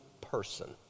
person